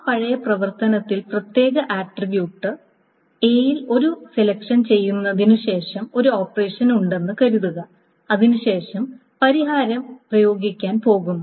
ആ പഴയ പ്രവർത്തനത്തിൽ പ്രത്യേക ആട്രിബ്യൂട്ട് Aൽ ഒരു സെലക്ഷൻ ചെയ്തതിനുശേഷം ഒരു ഓപ്പറേഷൻ ഉണ്ടെന്ന് കരുതുക അതിനുശേഷം പരിഹാരം പ്രയോഗിക്കാൻ പോകുന്നു